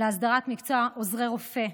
להסדרת מקצוע עוזרי רופא.